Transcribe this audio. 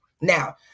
Now